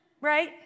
right